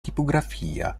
tipografia